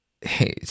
hey